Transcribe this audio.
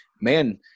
man